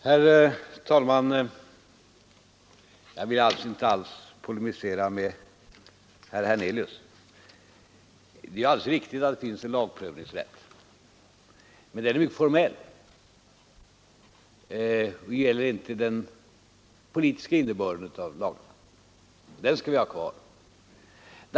Herr talman! Jag vill för det första inte alls polemisera med herr Hernelius. Det är alldeles riktigt att det finns en lagprövningsrätt, men den är mycket formell och gäller inte den politiska innebörden av lagarna. Den skall vi ha kvar.